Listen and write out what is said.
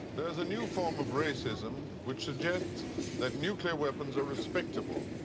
there's a new form of racism which suggests that nuclear weapons are respectable,